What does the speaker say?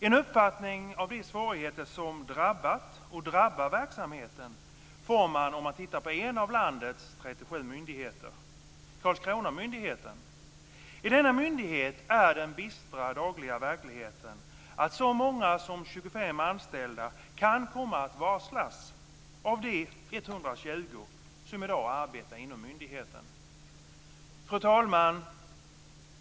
En uppfattning av de svårigheter som drabbat, och drabbar, verksamheten får man om man tittar på en av landets 37 myndigheter, nämligen Karlskronamyndigheten. I denna myndighet är den bistra dagliga verkligheten att så många som 25 anställda kan komma att varslas av de 120 som i dag arbetar inom myndigheten. Fru talman!